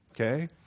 Okay